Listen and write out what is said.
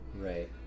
right